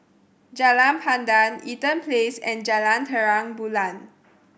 Jalan Pandan Eaton Place and Jalan Terang Bulan